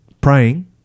praying